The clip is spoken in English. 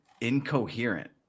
incoherent